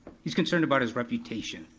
he's concerned about his reputation.